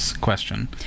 Question